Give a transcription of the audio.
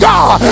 God